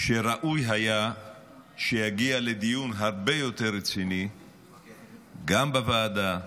שראוי היה שיגיע לדיון הרבה יותר רציני גם בוועדה,